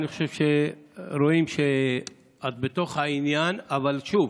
אני חושב שרואים שאת בתוך העניין, אבל שוב,